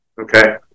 Okay